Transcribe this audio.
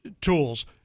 tools